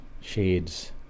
shades